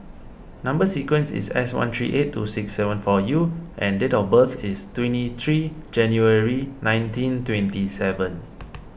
Number Sequence is S one three eight two six seven four U and date of birth is twenty three January nineteen twenty seven